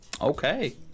Okay